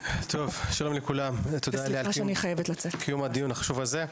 תודה על קיום הדיון החשוב הזה.